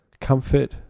comfort